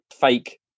fake